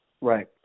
Right